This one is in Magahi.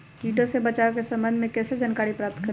किटो से बचाव के सम्वन्ध में किसी जानकारी प्राप्त करें?